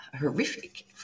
horrific